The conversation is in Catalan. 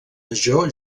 major